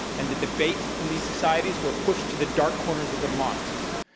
and the debates in these societies were pushed to the dark corners of the mosques.